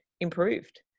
improved